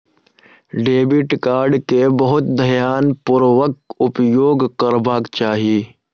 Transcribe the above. debit card के बहुत ध्यानपूर्वक उपयोग करबाक चाही